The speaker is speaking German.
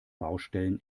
baustellen